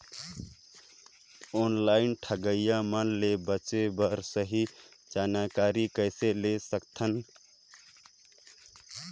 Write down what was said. Online ठगईया मन ले बांचें बर सही जानकारी कइसे ले सकत हन?